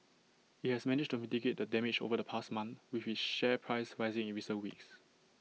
IT has managed to mitigate the damage over the past month with its share price rising in recent weeks